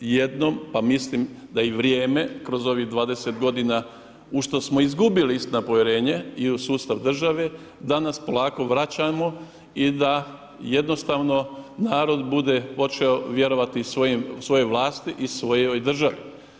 jednom, pa mislim da je i vrijeme kroz ovih 20 godina uz što smo izgubili istina povjerenje i u sustav države danas polako vraćamo i da jednostavno narod bude počeo vjerovati svojoj vlasti i svojoj državi.